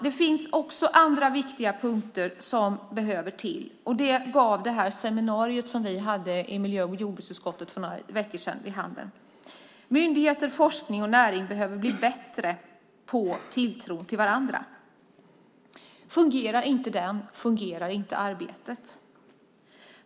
Det finns också andra viktiga punkter som behöver tillföras. Det gav det seminarium som vi i miljö och jordbruksutskottet hade för några veckor sedan vid handen. Myndigheter, forskning och näring behöver bli bättre på tilltro till varandra. Fungerar inte den så fungerar inte arbetet.